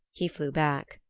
he flew back.